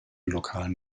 lokalen